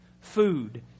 food